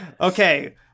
okay